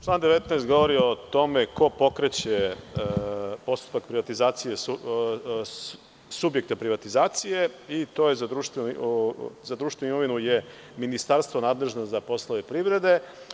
Član 19. govori o tome ko pokreće postupak privatizacije, subjekte privatizacije i to je za društvenu imovinu je ministarstvo nadležno za poslove privrede.